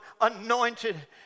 anointed